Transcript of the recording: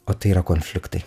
o tai yra konfliktai